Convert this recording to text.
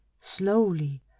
slowly